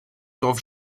dorf